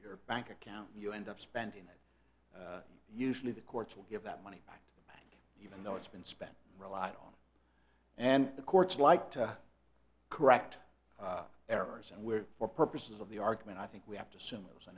your bank account you end up spending it usually the courts will give that money back even though it's been spent a lot on and the courts like to correct errors and where for purposes of the argument i think we have to assume it was